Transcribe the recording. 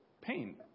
pain